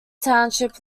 township